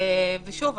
שוב,